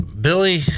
Billy